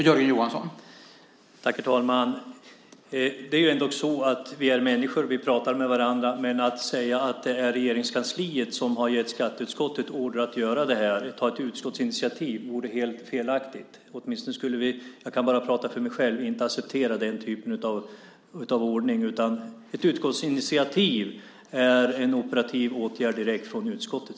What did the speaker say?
Herr talman! Vi är ju människor och vi pratar med varandra, men att säga att det är Regeringskansliet som har gett skatteutskottet order att göra detta och ta ett utskottsinitiativ vore helt felaktigt. Jag kan bara tala för mig själv, men vi skulle inte acceptera den typen av ordning. Ett utskottsinitiativ är en operativ åtgärd direkt från utskottet.